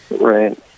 Right